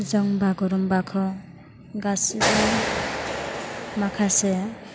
जों बागुरुम्बाखौ गासैबो माखासे